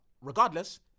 regardless